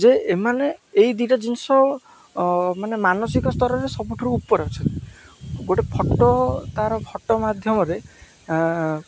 ଯେ ଏମାନେ ଏଇ ଦୁଇଟା ଜିନିଷ ମାନେ ମାନସିକ ସ୍ତରରେ ସବୁଠୁ ଉପରେ ଅଛନ୍ତି ଗୋଟେ ଫଟୋ ତା'ର ଫଟୋ ମାଧ୍ୟମରେ